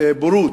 בורות.